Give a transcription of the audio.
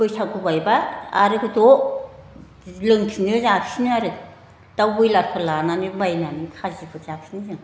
बैसागु बायब्ला आरो ज' लोंफिनो जाफिनो आरो दाउ ब्रयलारफोर लानानै बायनानै खाजिफोर जाफिनो जों